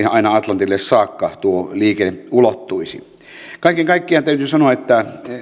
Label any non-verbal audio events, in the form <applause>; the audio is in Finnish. <unintelligible> aina atlantille saakka tuo liikenne ulottuisi kaiken kaikkiaan täytyy sanoa että